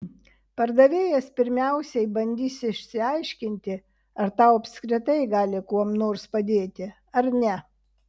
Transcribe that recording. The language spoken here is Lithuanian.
pardavėjas pirmiausiai bandys išsiaiškinti ar tau apskritai gali kuom nors padėti ar ne